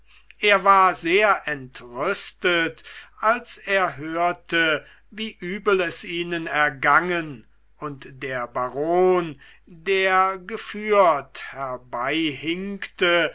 er war sehr entrüstet als er hörte wie übel es ihnen ergangen und der baron der geführt